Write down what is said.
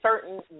certain